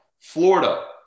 Florida